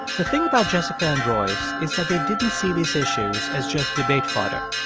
the thing about jessica and royce is that they didn't see these issues as just debate fodder.